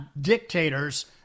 dictators